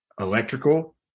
electrical